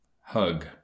Hug